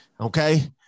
Okay